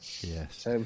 Yes